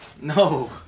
No